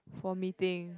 for meeting